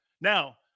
Now